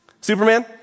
Superman